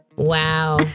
Wow